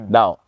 Now